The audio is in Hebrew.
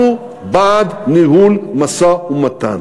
אנחנו בעד ניהול משא-ומתן,